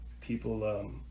people